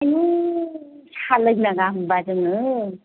आयौ साहा लोंनाङा होनबा जोङो